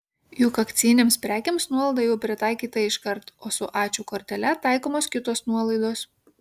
juk akcijinėms prekėms nuolaida jau pritaikyta iškart o su ačiū kortele taikomos kitos nuolaidos